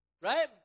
right